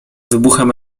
wybuchem